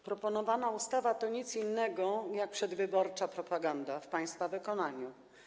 Proponowana ustawa to nic innego jak przedwyborcza propaganda w państwa wykonaniu.